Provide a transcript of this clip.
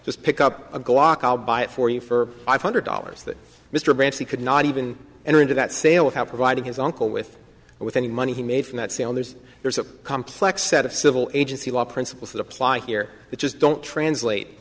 just pick up a glock i'll buy it for you for five hundred dollars that mr branson could not even enter into that sale of how providing his uncle with it with any money he made from that sale there's there's a complex set of civil agency law principles that apply here it just don't translate